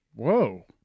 Whoa